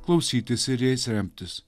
klausytis ir jais remtis